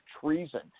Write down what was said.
treason